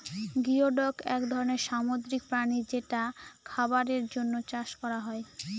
geoduck এক ধরনের সামুদ্রিক প্রাণী যেটা খাবারের জন্য চাষ করা হয়